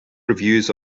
reviews